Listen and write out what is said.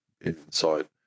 inside